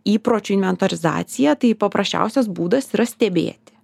įpročių inventorizaciją tai paprasčiausias būdas yra stebėti